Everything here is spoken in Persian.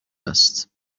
است